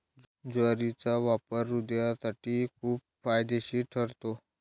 ज्वारीचा वापर हृदयासाठी खूप फायदेशीर ठरतो